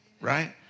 right